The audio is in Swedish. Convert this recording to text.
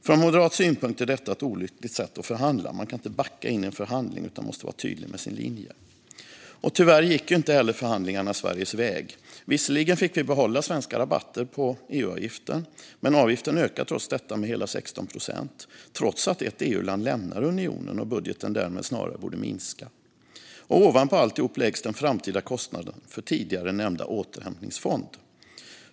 Från moderat synpunkt är detta ett olyckligt sätt att förhandla. Man kan inte backa in i en förhandling utan måste vara tydlig med sin linje. Tyvärr gick ju heller inte förhandlingarna Sveriges väg. Visserligen fick vi behålla svenska rabatter på EU-avgiften, men avgiften ökar trots detta med hela 16 procent - trots att ett EU-land lämnar unionen och budgeten därmed snarare borde minska. Och ovanpå alltihop läggs den framtida kostnaden för tidigare nämnda återhämtningsfond.